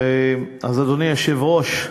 אדוני היושב-ראש,